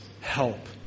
help